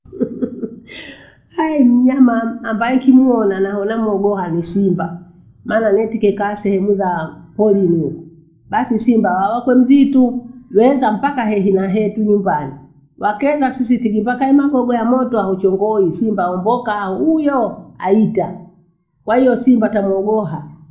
ai mnyama ambae, nkimuona naho namuhogoa ni simba. Maana netike kaa sehemu za porini ukoo. Basi simba wawakwe mzitu weesa mapaka hegina hee tuu nyumbani. Wakenda sisi tujipakae magogo ya moto au chongoi simba wembokaa huyoo aita. Kwahiyo simba tamuhogoa.